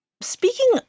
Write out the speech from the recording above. Speaking